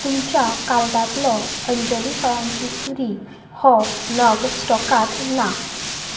तुमच्या कार्टांतलो अंजली फळांची सुरी हो नग स्टॉकांत ना